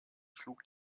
schlug